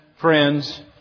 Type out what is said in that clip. friends